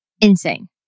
insane